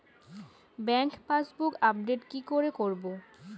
Bank passbook update কি করে করবো?